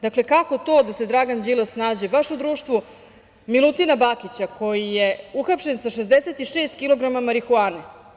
Dakle, kako to da se Dragan Đilas nađe u društvu Milutina Bakića koji je uhapšen sa 66 kilograma marihuane?